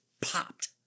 popped